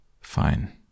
Fine